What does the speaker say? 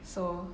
so